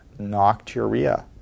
nocturia